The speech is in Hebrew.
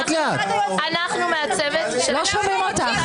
לא אושרו.